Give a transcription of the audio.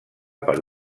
per